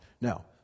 Now